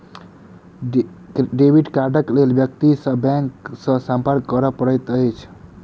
debit कार्डक लेल व्यक्ति के बैंक सॅ संपर्क करय पड़ैत अछि